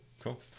Cool